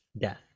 death